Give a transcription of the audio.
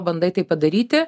bandai tai padaryti